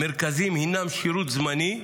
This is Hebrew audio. המרכזים הם שירות זמני,